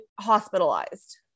hospitalized